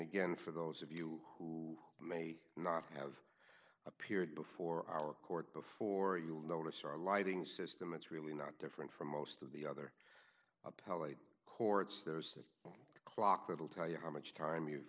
again for those of you who may not have appeared before our court before you'll notice our lighting system it's really not different from most of the other appellate courts there's a clock that will tell you how much time you